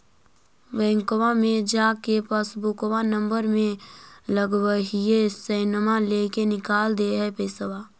बैंकवा मे जा के पासबुकवा नम्बर मे लगवहिऐ सैनवा लेके निकाल दे है पैसवा?